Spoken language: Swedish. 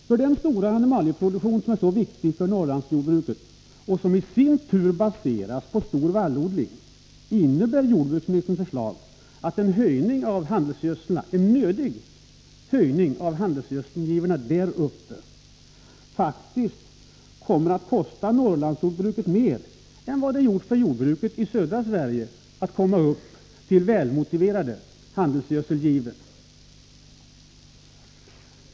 För den stora animalieproduktionen, som är så viktig för Norrlands jordbruk och som i sin tur baseras på stor vallodling, innebär jordbruksministerns förslag att en välmotiverad höjning av handelsgödselgivorna där uppe faktiskt kommer att kosta mer för Norrlandsjordbruket än vad det gjort för jordbruket i södra Sverige.